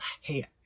Hey